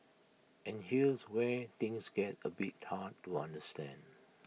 and here's where things get A bit hard to understand